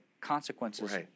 consequences